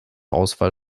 auswahl